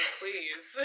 please